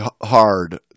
hard